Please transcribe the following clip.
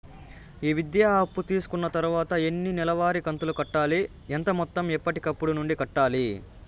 ఈ విద్యా అప్పు తీసుకున్న తర్వాత ఎన్ని నెలవారి కంతులు కట్టాలి? ఎంత మొత్తం ఎప్పటికప్పుడు నుండి కట్టాలి?